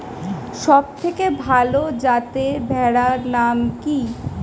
সবথেকে ভালো যাতে ভেড়ার নাম কি?